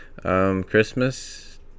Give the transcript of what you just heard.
christmas